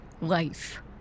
life